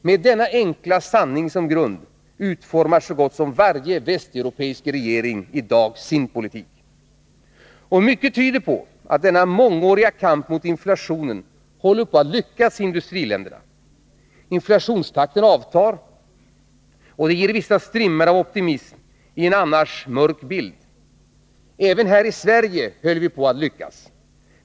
Med denna enkla sanning som grund utformar så gott som varje västeuropeisk regering i dag sin politik. Mycket tyder på att denna mångåriga kamp mot inflationen håller på att lyckas i industriländerna. Inflationstakten avtar, och det ger vissa strimmor av optimism i en annars mörk bild. Även här i Sverige höll vi på att lyckas.